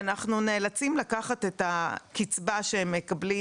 ואנחנו נאלצים לקחת את הקצבה שהם מקבלים